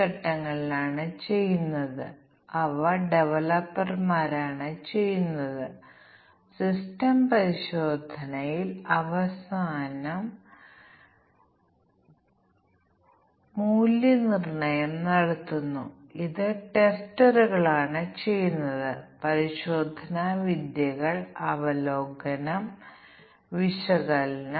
സാധ്യമായ ടെസ്റ്റ് കേസുകളുടെ എണ്ണം ഇത്രമാത്രം ആവശ്യമാണ് ഈ മൂല്യങ്ങൾ 2 മുതൽ പവർ 10 അല്ലെങ്കിൽ 1024 വരെയാണ് എന്നാൽ അതോടൊപ്പം നമ്മൾ ഇവിടെ 10 ഉണ്ടെന്ന് കരുതുകയാണെങ്കിൽ ഫോണ്ട് നിറവും പരിഗണിക്കണം അല്ലെങ്കിൽ ഫോണ്ട് തന്നെ പരിഗണിക്കണം